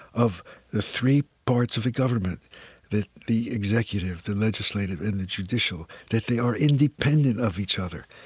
of the three parts of the government the the executive, the legislative, and the judicial that they are independent of each other.